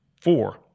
Four